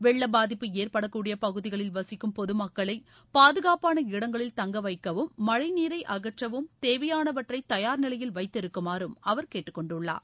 வெள்ள பாதிப்பு ஏற்படக்கூடிய பகுதிகளில் வசிக்கும் பொதுமக்களை பாதுகாப்பான இடங்களில் தங்க வைக்கவும் மழை நீரை அகற்றவும் தேவையானவற்றை தயார் நிலையில் வைத்திருக்குமாறும் அவர் கேட்டுக்கொண்டுள்ளார்